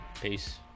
Peace